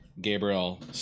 Gabriel